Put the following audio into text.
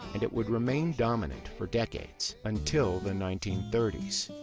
and it would remain dominant for decades, until the nineteen thirty s,